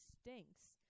stinks